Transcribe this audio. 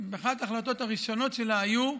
אחת ההחלטות הראשונות שלה הייתה: